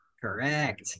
correct